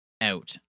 out